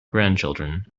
grandchildren